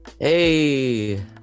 hey